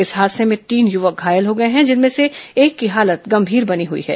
इस हादसे भें तीन युवक घायल हो गए हैं जिनमें से एक की हालत गंभीर बनी हुई है